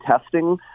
testing